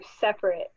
separate